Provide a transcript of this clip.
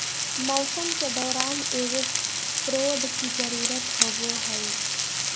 मौसम के दौरान एगो प्रोड की जरुरत होबो हइ